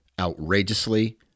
outrageously